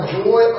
joy